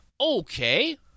Okay